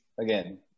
Again